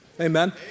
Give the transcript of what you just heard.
Amen